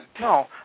no